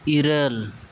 ᱤᱨᱟᱹᱞ